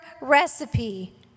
recipe